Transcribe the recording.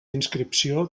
inscripció